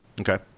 Okay